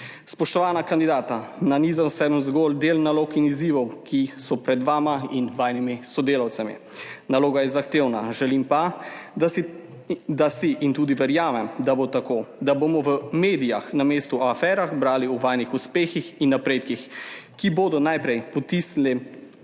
Spoštovana kandidata, nanizal sem zgolj del nalog in izzivov, ki so pred vama in vajinimi sodelavci. Naloga je zahtevna. Želim pa si, da si in tudi verjamem, da bo tako, da bomo v medijih na mesto o aferah brali o vajinih uspehih in napredkih, ki bodo najprej potisnili